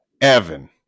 Evan